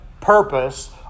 purpose